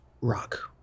rock